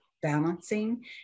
balancing